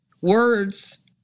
words